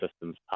systems